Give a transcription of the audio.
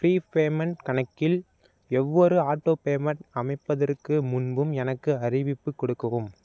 free payment கணக்கில் எவ்வொரு auto payment அமைப்பதற்கு முன்பும் எனக்கு அறிவிப்புக் கொடுக்கவும்